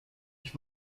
ich